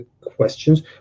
questions